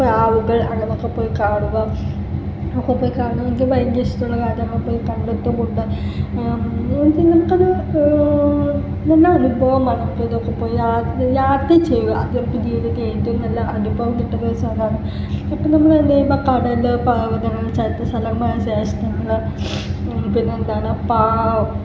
പ്രാവുകൾ അങ്ങനൊക്കെ പോയി കാണുക ഒക്കെ പോയി കാണുമെങ്കിൽ ഭയങ്കര ഇഷ്ടമുള്ള കാര്യങ്ങൾ പോയി കണ്ടിട്ടുമുണ്ട് എനിക്ക് നമുക്ക് അത് എൻ്റെ അനുഭവമാണ് ഇതൊക്കെ പോയി യാത്ര യാത്ര ചെയ്യുക അതൊക്കെ ജീവിതത്തിൽ ഏറ്റവും നല്ല അനുഭവം കിട്ടുന്നൊരു സാധനമാണ് കടൽ പർവ്വതങ്ങൾ ചരിത്ര സ്ഥലങ്ങൾ ക്ഷേത്രങ്ങൾ പിന്നെന്താണ് പാ